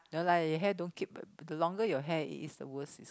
no lah your hair don't keep the longer your hair is the worse is